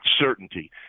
certainty